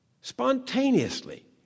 spontaneously